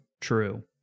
True